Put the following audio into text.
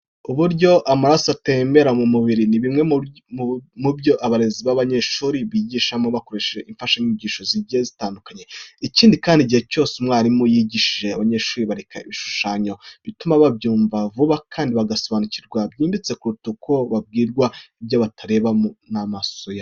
Uburyo amaraso atembera mu mubiri ni bimwe mu byo abarezi b'abanyeshuri bigishamo bakoresheje imfashanyigisho zigiye zitandukanye. Ikindi kandi, igihe cyose umwarimu yigishije abanyeshuri abereka ibishushanyo, bituma babyumva vuba kandi bagasobanukirwa byimbitse kuruta kubabwira ibyo batareba n'amaso yabo.